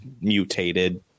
mutated